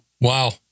Wow